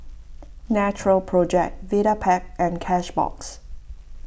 Natural Project Vitapet and Cashbox